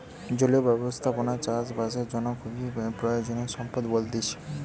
জলীয় ব্যবস্থাপনা চাষ বাসের জন্য খুবই প্রয়োজনীয় সম্পদ বলতিছে